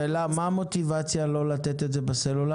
מה המוטיבציה לא לתת את זה בסלולר?